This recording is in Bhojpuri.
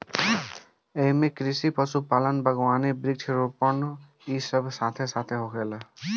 एइमे कृषि, पशुपालन, बगावानी, वृक्षा रोपण इ सब साथे साथ होखेला